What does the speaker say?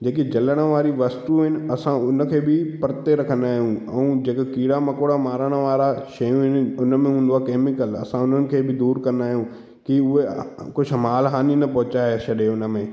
जेकी जलण वारी वस्तू आहिनि असां उन खे बि परिते कंदा आहियूं ऐं जेके कीड़ा मकौड़ा मारणु वारा शयूं आहिनि उन में हूंदो आहे कैमिकल असां उन्हनि खे बि दूरु कंदा आहियूं की उहा कुझु मालहानी न पहुचाए छॾे हुन में